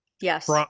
yes